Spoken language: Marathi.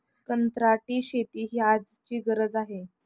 कंत्राटी शेती ही आजची गरज आहे